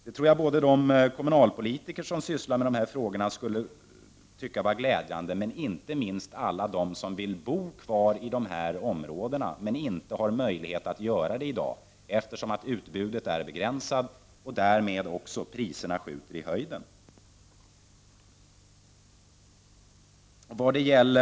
Jag tror att kommunalpolitikerna som sysslar med dessa frågor skulle tycka att det var glädjande, inte minst alla de som vill bo kvar i dessa områden men som inte har möjlighet att göra det i dag, eftersom utbudet är begränsat med påföljd att priserna skjuter i höjden.